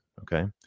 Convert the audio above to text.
Okay